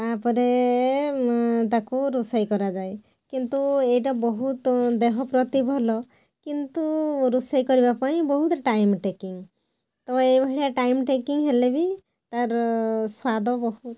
ତା'ପରେ ତାକୁ ରୋଷେଇ କରାଯାଏ କିନ୍ତୁ ଏଇଟା ବହୁତ ଦେହ ପ୍ରତି ଭଲ କିନ୍ତୁ ରୋଷେଇ କରିବା ପାଇଁଁ ବହୁତ ଟାଇମ୍ ଟେକିଂ ତ ଏଇ ଭଳିଆ ଟାଇମ୍ ଟେକିଂ ହେଲେ ବି ତାର ସ୍ୱାଦ ବହୁତ